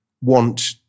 want